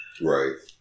Right